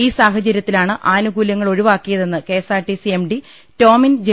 ഈ സാഹചര്യത്തിലാണ് ആനുകൂല്യങ്ങൾ ഒഴിവാക്കിയതെന്ന് K S R T C M D Tomin J